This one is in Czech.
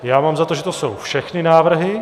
Já mám za to, že to jsou všechny návrhy.